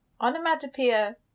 onomatopoeia